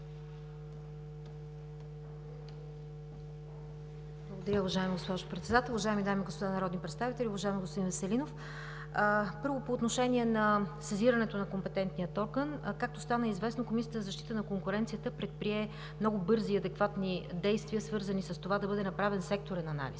Благодаря, уважаема госпожо Председател. Уважаеми дами и господа народни представители, уважаеми господин Веселинов! Първо, по отношение сезирането на компетентния орган. Както стана известно, Комисията за защита на конкуренцията предприе много бързи и адекватни действия, свързани с това да бъде направен секторен анализ